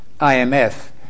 IMF